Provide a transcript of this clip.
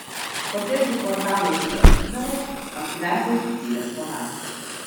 kotedžų kvartalas yra uždaras aptvertas didžiule tvora